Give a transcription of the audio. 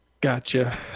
gotcha